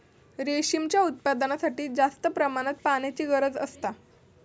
रेशीमच्या उत्पादनासाठी जास्त प्रमाणात पाण्याची गरज असता